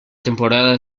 temporada